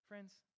Friends